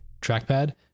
trackpad